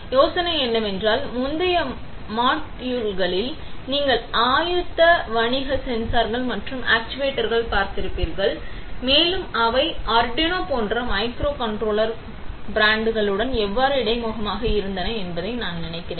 யோசனை என்னவென்றால் முந்தைய மாட்யூல்களில் நீங்கள் ஆயத்த வணிக சென்சார்கள் மற்றும் ஆக்சுவேட்டர்களைப் பார்த்திருப்பீர்கள் மேலும் அவை arduino போன்ற மைக்ரோ கன்ட்ரோலர் பிராட்களுடன் எவ்வாறு இடைமுகமாக இருந்தன என்பதை நான் நினைக்கிறேன்